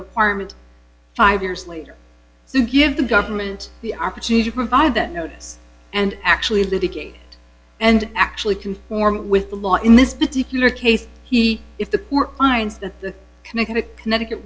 requirement five years later so give the government the opportunity provide that notice and actually litigate and actually conform with the law in this particular case he if that were finds that the connecticut